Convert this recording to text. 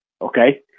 okay